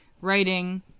writing